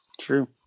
True